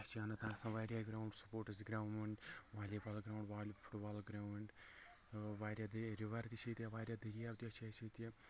اَسہِ چھِ اننت ناگ آسان واریاہ ground sports ground volleyball ground football ground واریاہ دی رِور تہِ چھِ ییٚتہِ واریاہ دریاو تہِ چھِ اَسہِ ییٚتہِ